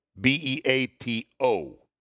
B-E-A-T-O